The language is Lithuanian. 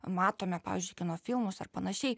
matome pavyzdžiui kino filmus ar panašiai